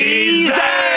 Easy